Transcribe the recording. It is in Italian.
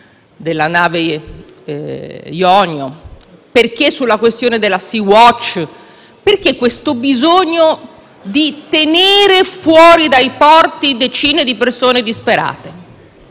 della nave Mare Jonio, sulla questione della Sea Watch c'è questo bisogno di tenere fuori dai porti decine di persone disperate?